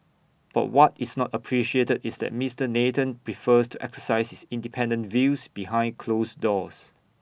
but what is not appreciated is that Mister Nathan prefers to exercise his independent views behind closed doors